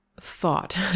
thought